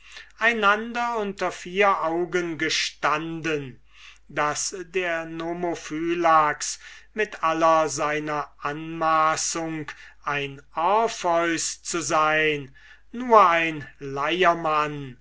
einander unter vier augen gestunden daß der nomophylax mit aller seiner anmaßung ein orpheus zu sein nur ein leiermann